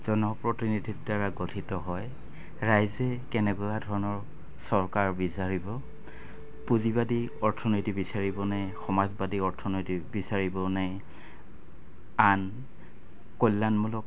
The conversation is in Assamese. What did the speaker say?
জন প্ৰতিনিধিত্বাৰে গঠিত হয় ৰাইজে কেনেকুৱা ধৰণৰ চৰকাৰ বিচাৰিব পুঁজিবাদী অৰ্থনীতি বিচাৰিবনে সমাজবাদী অৰ্থনীতিক বিচাৰিবনে আন কল্যাণমূলক